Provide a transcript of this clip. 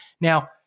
now